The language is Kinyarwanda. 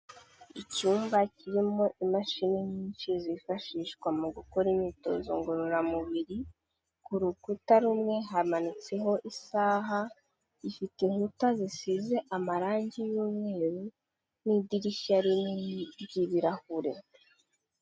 Icyumba kirimo imashini nyinshi zifashishwa mu gukora imyitozo ngororamubiri, ku rukuta rumwe hamanitseho isaha, gifite inkuta zisize amarangi y'umweru n'idirishya rinini ry'ibirahure.